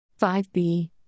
5b